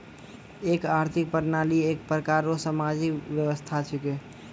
एक आर्थिक प्रणाली एक प्रकार रो सामाजिक व्यवस्था छिकै